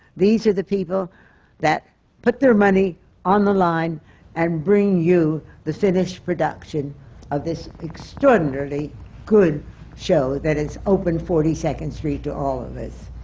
these are the people that put their money on the line and bring you the finished production of this extraordinarily good show that has opened forty second street to all of us.